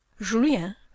Julien